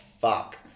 Fuck